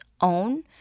own